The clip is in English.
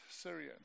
Syria